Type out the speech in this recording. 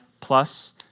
plus